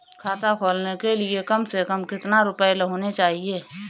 खाता खोलने के लिए कम से कम कितना रूपए होने चाहिए?